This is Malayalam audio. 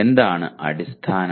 എന്താണ് അടിസ്ഥാനം